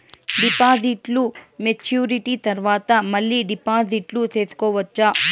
డిపాజిట్లు మెచ్యూరిటీ తర్వాత మళ్ళీ డిపాజిట్లు సేసుకోవచ్చా?